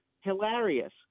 hilarious